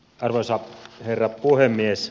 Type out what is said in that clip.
arvoisa herra puhemies